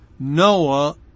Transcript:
Noah